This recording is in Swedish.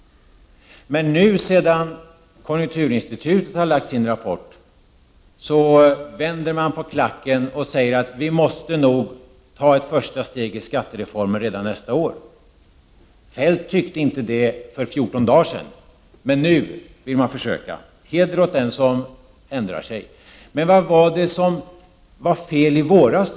Nu efter det att konjunkturinstitutet har presenterat sin rapport vänder man på klacken och säger att vi nog redan nästa år måste ta ett första steg när det gäller skattereformen. För fjorton dagar sedan hade Feldt en annan mening, men nu vill han försöka. Heder åt den som ändrar sig. Vad var det då som var fel i våras?